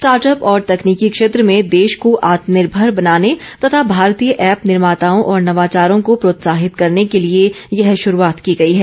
start up और तकनीकी क्षेत्र में देश को आत्मनिर्भर बनाने तथा भारतीय ऐप निर्माताओं और नवाचारों को प्रोत्साहित करने के लिये यह शुरूआत की गई है